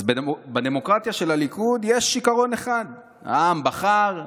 בדמוקרטיה של הליכוד יש עיקרון אחד: העם בחר,